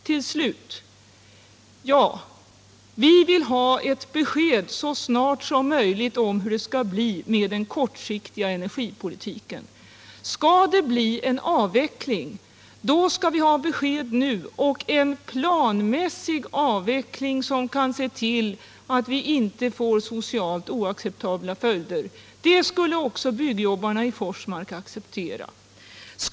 Till slut: Vi vill ha ett besked så snart som möjligt om hur det skall bli med den kortsiktiga energipolitiken. Skall det bli en avveckling vill vi ha besked nu. Då måste det bli en planmässig avveckling som gör det möjligt att så långt som möjligt nedbringa de sociala följderna. Det skulle också byggnadsarbetarna i Forsmark respektera som bättre än dagens ohållbara situation.